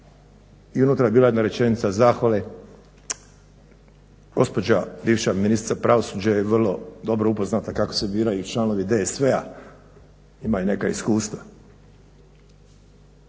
i unutra je bila jedna rečenica zahvale. Gospođa bivša ministrica pravosuđa je vrlo dobro upoznata kako se biraju članovi DSV-a, ima neka iskustva.